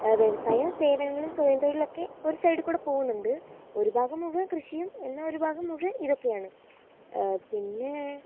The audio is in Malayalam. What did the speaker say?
വ്യവസായ സേവനങ്ങളും സ്വയം തൊഴിലൊക്കെ ഒരു സൈഡിക്കൂടെ പോകുന്നുണ്ട് ഒരു ഭാഗം മുഴുവൻ കൃഷിയും എന്നാൽ ഒരു ഭാഗം മുഴുവൻ ഇതൊക്കെയാണ് പിന്നേ